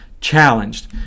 challenged